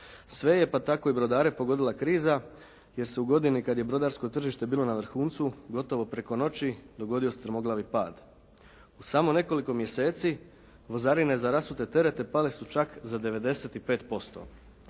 Sve je pa tako i brodare pogodila kriza jer su u godini kada je brodarsko tržište bilo na vrhuncu, gotovo preko noći dogodio strmoglavi pad. U samo nekoliko mjeseci, vozarine za rasute terete pale su čak za 95%.